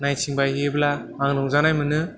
नायथिंबायहैयोब्ला आं रंजानाय मोनो